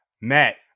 Matt